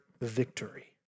victory